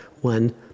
one